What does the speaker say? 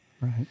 right